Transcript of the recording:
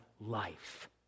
life